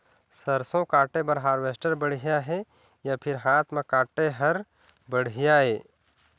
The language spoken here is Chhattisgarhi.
सरसों काटे बर हारवेस्टर बढ़िया हे या फिर हाथ म काटे हर बढ़िया ये?